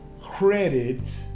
credit